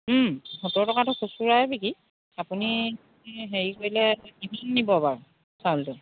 সত্তৰ টকাটো খুচুৰাই বিক্ৰী আপুনি হেৰি কৰিলে কিমান নিব বাউ চাউলটো